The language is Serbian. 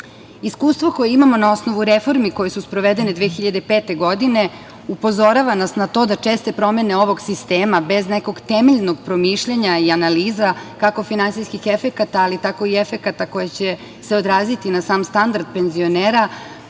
cilja. Iskustvo koje imamo na osnovu reformi koje su sprovedene 2005. godine upozorava nas na to da česte promene ovog sistema bez nekog temeljnog promišljanja i analiza, kako finansijskih efekata, ali tako i efekata koji će se odraziti na sam standard penzionera,